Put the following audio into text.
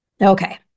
Okay